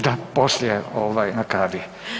Da, poslije na kavi.